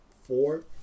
four